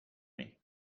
with